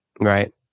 right